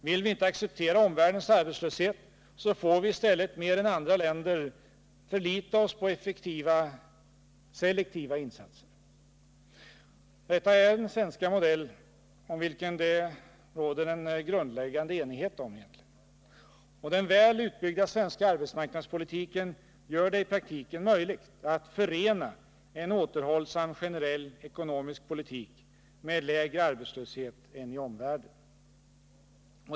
Vill vi inte acceptera omvärldens arbetslöshet, får vi i stället mer än andra länder förlita oss på effektiva selektiva insatser. Detta är den svenska modell om vilken det råder en grundläggande enighet. Och den väl utbyggda svenska arbetsmarknadspolitiken gör det i praktiken möjligt att förena en återhållsam generell ekonomisk politik med lägre arbetslöshet än i omvärlden.